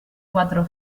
quattro